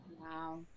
Wow